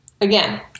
Again